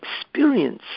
experience